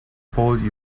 pôle